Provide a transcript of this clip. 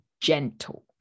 gentle